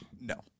No